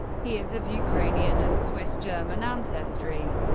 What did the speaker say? he is of ukrainian and swiss-german ancestry.